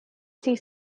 see